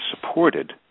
supported